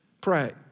Pray